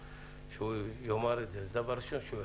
כשהוא יציג זה דבר ראשון שהוא יגיד,